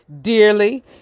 dearly